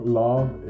love